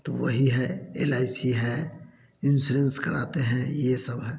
तो वही है एल आई सी है इन्सुरेंस कराते है ये सब है